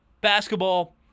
basketball